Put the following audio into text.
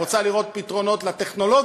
היא רוצה לראות פתרונות לטכנולוגיה.